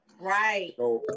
Right